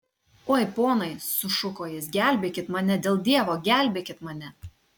oi ponai sušuko jis gelbėkit mane dėl dievo gelbėkit mane